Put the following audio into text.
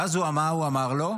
ואז, מה הוא אמר לו?